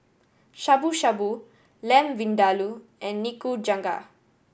Shabu Shabu Lamb Vindaloo and Nikujaga